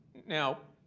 now,